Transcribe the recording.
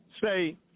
say